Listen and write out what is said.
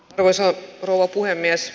arvoisa rouva puhemies